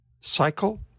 cycle